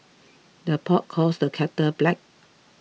the pot calls the kettle black